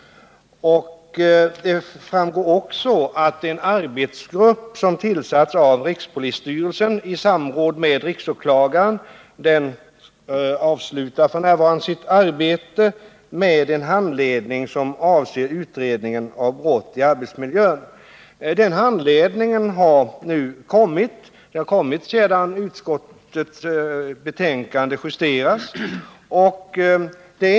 Det nämns också att den arbetsgrupp som har tillsatts av rikspolisstyrelsen i samråd med riksåklagaren f. n. avslutar sitt arbete med en handledning, som avser utredning av brott i arbetsmiljön. Denna handledning har kommit efter det att utskottsbetänkandet justerades.